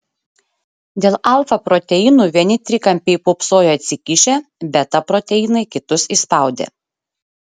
dėl alfa proteinų vieni trikampiai pūpsojo atsikišę beta proteinai kitus įspaudė